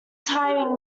timing